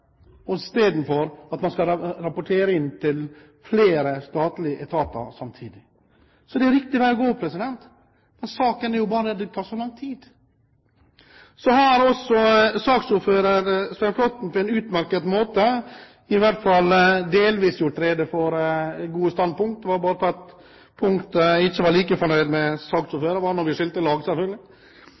istedenfor at man skal rapportere inn til flere statlige etater samtidig. Så det er en riktig vei å gå, men saken er bare at det tar så lang tid. Så har saksordfører Svein Flåtten på en utmerket måte i hvert fall delvis gjort rede for gode standpunkt. Det var bare på ett punkt jeg ikke var like fornøyd med saksordføreren. Det var selvfølgelig der vi skilte lag,